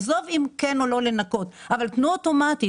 עזוב אם כן או לא לנכות, אבל תיתנו אוטומטית.